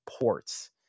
ports